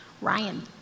Ryan